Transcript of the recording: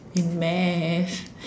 in math